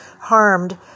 harmed